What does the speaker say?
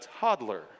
toddler